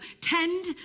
Tend